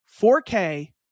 4k